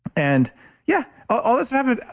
and yeah, all this happened.